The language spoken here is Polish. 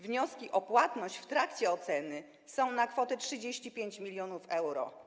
Wnioski o płatność będące w trakcie oceny są na kwotę 35 mln euro.